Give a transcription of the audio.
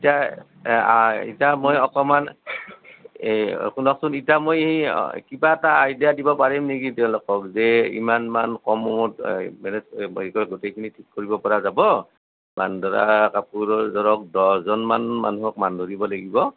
এতিয়া এতিয়া মই অকণমান এই শুনকচোন ইতা মই এই কিবা এটা আইডিয়া দিব পাৰিম নেকি তেওঁলোকক যে ইমান মান কমত মানে গোটেইখিনি ঠিক কৰিব পৰা যাব মান ধৰা কাপোৰ ধৰক দহজন মান মানুহক মান ধৰিব লাগিব